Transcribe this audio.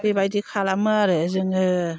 बेबायदि खालामो आरो जोङो